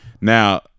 Now